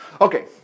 Okay